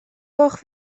gloch